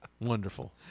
Wonderful